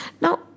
Now